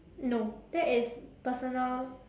no that is personal